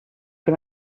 can